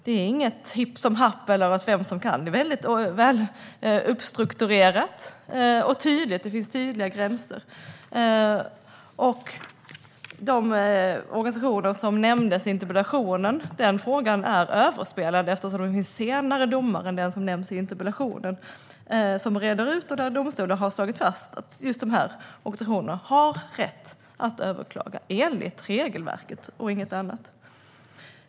Det görs inte hipp som happ utan är välstrukturerat och tydligt. Det finns tydliga gränser. Frågan om de organisationer som nämns i interpellationen är överspelad. Det finns senare domar än den som nämns i interpellationen som reder ut det, och domstolar har slagit fast att just de här organisationerna har rätt att överklaga enligt regelverket.